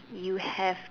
you have